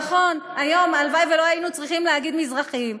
נכון, הלוואי שלא היינו צריכים להגיד מזרחיים.